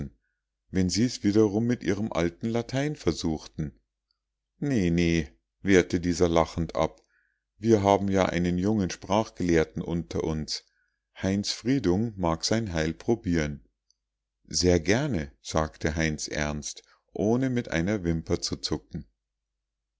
wenn sie's wiederum mit ihrem alten latein versuchten ne ne wehrte dieser lachend ab wir haben ja einen jungen sprachgelehrten unter uns heinz friedung mag sein heil probieren sehr gerne sagte heinz ernst ohne mit einer wimper zu zucken